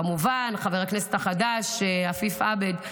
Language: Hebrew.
כמובן, חבר הכנסת החדש, עפיף עבד.